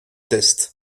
test